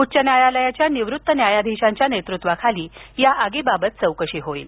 उच्च न्यायालयाच्या निवृत्त न्यायाधीशांच्या नेतृत्वाखाली या आगीबाबत चौकशी होईल